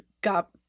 got